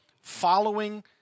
following